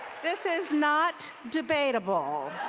this is not debatable.